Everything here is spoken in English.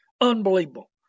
Unbelievable